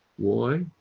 why?